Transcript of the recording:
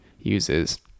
uses